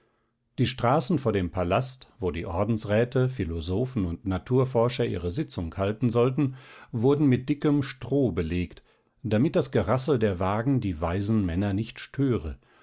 die straßen vor dem palast wo die ordensräte philosophen und naturforscher ihre sitzung halten sollten wurden mit dickem stroh belegt damit das gerassel der wagen die weisen männer nicht störe